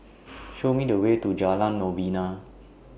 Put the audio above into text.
Show Me The Way to Jalan Novena